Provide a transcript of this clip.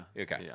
Okay